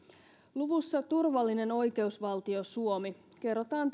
luvussa turvallinen oikeusvaltio suomi kerrotaan